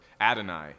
Adonai